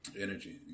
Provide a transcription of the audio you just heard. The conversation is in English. Energy